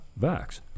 vax